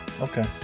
Okay